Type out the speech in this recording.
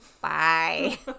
Bye